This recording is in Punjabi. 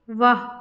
ਵਾਹ